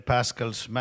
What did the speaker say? Pascals